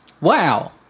Wow